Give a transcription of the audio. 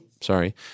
sorry